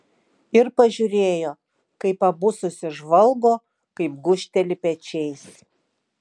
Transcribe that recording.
ir pažiūrėjo kaip abu susižvalgo kaip gūžteli pečiais